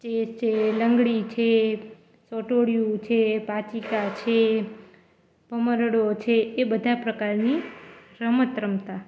chess છે લંગડી છે સટોડિયું છે પાંચિકા છે ભમરડો છે એ બધા પ્રકારની રમત રમતાં